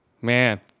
Man